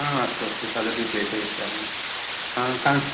हा अस्तु अस्तु तदपि प्रेषयिष्यामि हा कङ्क्